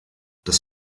das